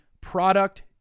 product